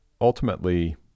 ultimately